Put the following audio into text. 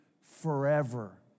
forever